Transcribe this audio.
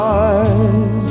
eyes